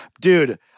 dude